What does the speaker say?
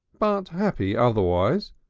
but happy otherwise,